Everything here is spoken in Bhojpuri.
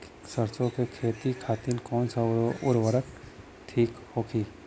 सरसो के खेती खातीन कवन सा उर्वरक थिक होखी?